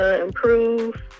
improve